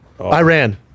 Iran